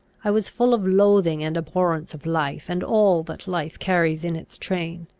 i was full of loathing and abhorrence of life, and all that life carries in its train.